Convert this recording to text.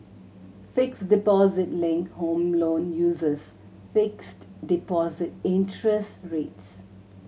fixed deposit linked Home Loan uses fixed deposit interest rates